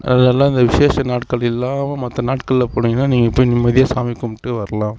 அதெல்லாம் இந்த விசேஷ நாட்கள் இல்லாமல் மற்ற நாட்கள்ல போனீங்கன்னால் நீங்கள் போய் நிம்மதியாக சாமி கும்பிட்டு வரலாம்